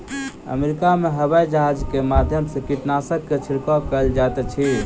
America में हवाईजहाज के माध्यम से कीटनाशक के छिड़काव कयल जाइत अछि